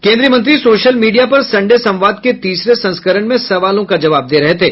केंद्रीय मंत्री social media पर संडे संवाद के तीसरे संस्करण में सवालों का जवाब दे रहे थे